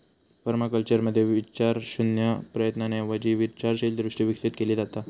पर्माकल्चरमध्ये विचारशून्य प्रयत्नांऐवजी विचारशील दृष्टी विकसित केली जाता